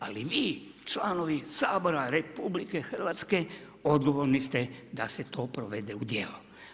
Ali vi članovi, Sabora, RH, odgovorni ste da se to provede u djelo.